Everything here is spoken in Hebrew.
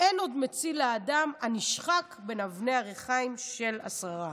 אין עוד מציל לאדם הנשחק בין אבני הריחיים של השררה".